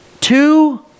two